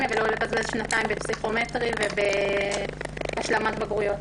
ולא לבזבז שנתיים בפסיכומטרי ובהשלמת בגרויות.